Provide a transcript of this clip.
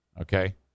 okay